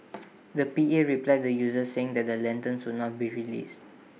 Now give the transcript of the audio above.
the P A replied the users saying that the lanterns would not be released